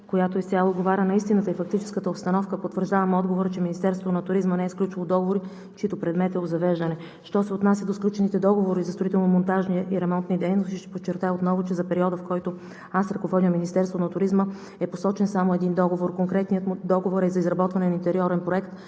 която изцяло отговаря на истината и фактическата обстановка. Потвърждавам отговора, че Министерството на туризма не е сключвало договори, чийто предмет е обзавеждане. Що се отнася до сключените договори за строително-монтажни и ремонтни дейности, ще подчертая отново, че за периода, в който аз ръководя Министерството на туризма, е посочен само един договор. Конкретният договор е за изработване на интериорен проект